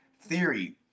theory